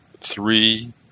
three